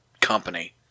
company